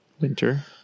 Winter